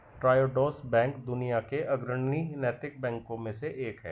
Triodos bank दुनिया के अग्रणी नैतिक बैंकों में से एक है